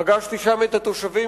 פגשתי שם את התושבים,